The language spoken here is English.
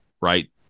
right